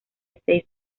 seis